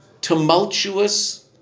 tumultuous